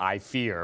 i fear